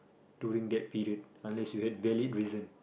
during that period unless you have valid reason